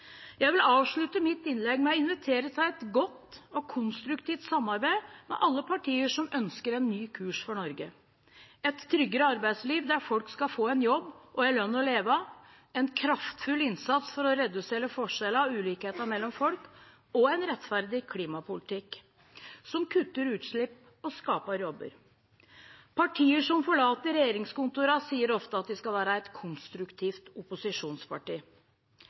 Jeg vil avslutte mitt innlegg med å invitere til et godt og konstruktivt samarbeid med alle partier som ønsker en ny kurs for Norge – et tryggere arbeidsliv, der folk skal få en jobb og en lønn å leve av, en kraftfull innsats for å redusere forskjeller og ulikheter mellom folk, og en rettferdig klimapolitikk, som kutter utslipp og skaper jobber. Partier som forlater regjeringskontorene, sier ofte at de skal være et konstruktivt opposisjonsparti.